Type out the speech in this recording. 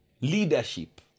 leadership